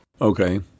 okay